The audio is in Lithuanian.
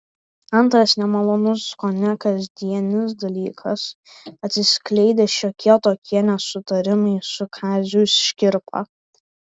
antras nemalonus kone kasdienis dalykas atsiskleidę šiokie tokie nesutarimai su kaziu škirpa